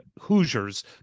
Hoosiers